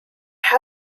how